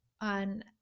on